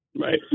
Right